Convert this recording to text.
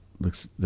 looks